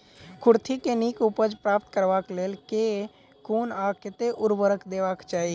कुर्थी केँ नीक उपज प्राप्त करबाक लेल केँ कुन आ कतेक उर्वरक देबाक चाहि?